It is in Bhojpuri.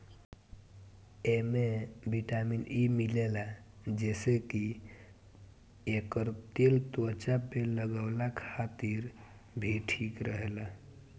एमे बिटामिन इ मिलेला जेसे की एकर तेल त्वचा पे लगवला खातिर भी ठीक रहेला